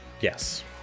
yes